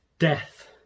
death